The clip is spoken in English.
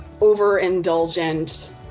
overindulgent